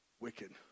wicked